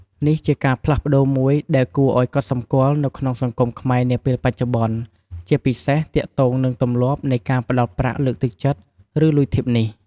នេះជាការផ្លាស់ប្ដូរមួយដែលគួរឲ្យកត់សម្គាល់នៅក្នុងសង្គមខ្មែរនាពេលបច្ចុប្បន្ន ជាពិសេសទាក់ទងនឹងទម្លាប់នៃការផ្ដល់ប្រាក់លើកទឹកចិត្តឬលុយធីបនេះ។